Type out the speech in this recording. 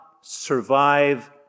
survive